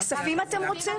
אז גם בכספים אתם רוצים?